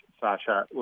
Sasha